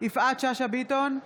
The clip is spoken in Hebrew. יפעת שאשא ביטון,